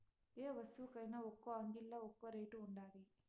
యే వస్తువుకైన ఒక్కో అంగిల్లా ఒక్కో రేటు ఉండాది